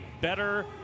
better